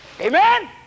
Amen